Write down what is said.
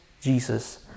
Jesus